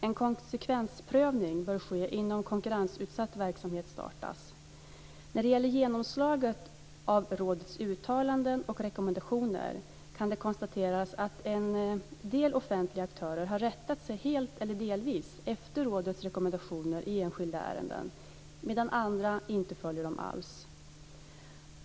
En konsekvensprövning bör ske innan konkurrensutsatt verksamhet startas. När det gäller genomslaget av rådets uttalanden och rekommendationer kan det konstateras att en del offentliga aktörer har rättat sig helt eller delvis efter rådets rekommendationer i enskilda ärenden, medan andra inte följer dem alls.